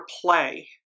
play